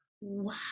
Wow